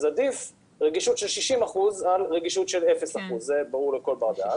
אז עדיף רגישות של 60% על רגישות של 0%. זה ברור לכל בר דעת,